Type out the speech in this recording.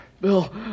Bill